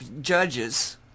judges